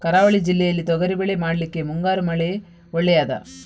ಕರಾವಳಿ ಜಿಲ್ಲೆಯಲ್ಲಿ ತೊಗರಿಬೇಳೆ ಮಾಡ್ಲಿಕ್ಕೆ ಮುಂಗಾರು ಮಳೆ ಒಳ್ಳೆಯದ?